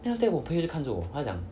then after that 我朋友就看着我他讲